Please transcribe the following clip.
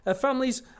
families